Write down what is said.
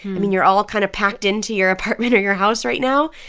i mean, you're all kind of packed into your apartment or your house right now.